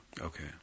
Okay